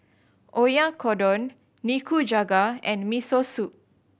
Oyakodon Nikujaga and Miso Soup